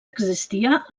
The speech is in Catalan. existia